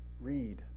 read